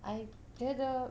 I 觉得